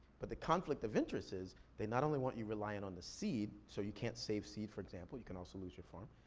but the conflict of interest is, they not only want you reliant on the seed, so you can't save seed, for example, you can also lose your farm,